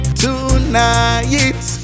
tonight